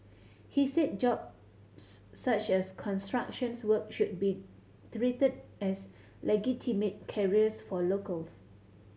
he said jobs such as constructions work should be treated as legitimate careers for locals